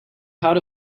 how